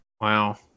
wow